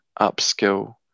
upskill